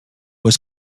was